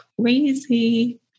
crazy